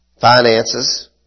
finances